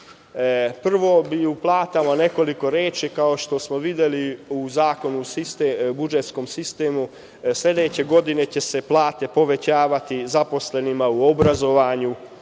Prvo bi o platama nekoliko reči. Kao što smo videli, u zakonu o budžetskom sistemu, sledeće godine će se plate povećavati zaposlenima u obrazovanju,